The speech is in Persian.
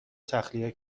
تخلیه